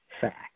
fact